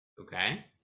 Okay